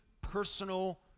personal